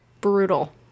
Brutal